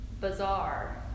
bizarre